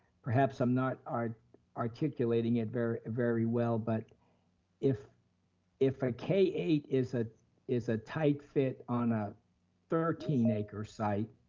perhaps i'm not articulating it very very well, but if if a k eight is ah is a tight fit on a thirteen acre site,